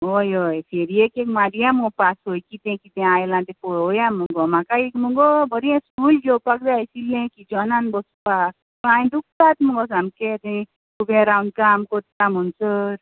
हय हय फेरयेक एक मारीया मगो पासय किते कितें आयलां ते पोळवया मगो म्हाका एक मगो बरे स्टूल घेवपाक जाय आशिल्लें किचनान बसपाक पांय दुखतात मगो सामके ते उबे रावन काम कोत्ता म्हूणसोर